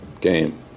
game